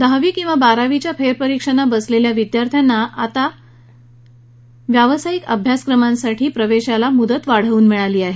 दहावी किंवा बारावीच्या फेरपरीक्षांना बसलेल्या विद्यार्थ्यांना आता व्यावसायिक अभ्यासक्रमांना प्रवेशासाठी मुदतवाढ मिळाली आहे